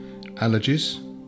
allergies